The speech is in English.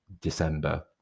December